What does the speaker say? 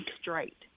straight